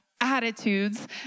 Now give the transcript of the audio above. Attitudes